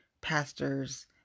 pastors